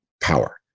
power